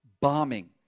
Bombing